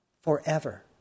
forever